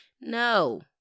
No